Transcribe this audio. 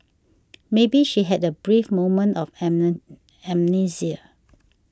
maybe she had a brief moment of am amnesia